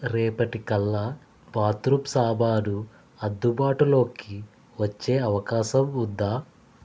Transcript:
రేపటి కల్లా బాత్రూమ్ సామాను అందుబాటులోకి వచ్చే అవకాశం ఉందా